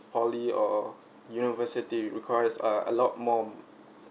poly or university requires uh a lot more